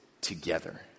together